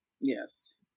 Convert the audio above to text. Yes